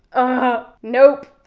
oh, nope.